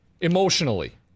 emotionally